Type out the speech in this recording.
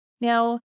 Now